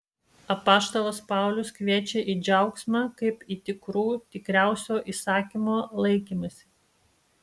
apaštalas paulius kviečia į džiaugsmą kaip į tikrų tikriausio įsakymo laikymąsi